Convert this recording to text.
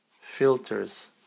filters